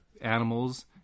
animals